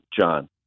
John